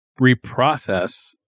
reprocess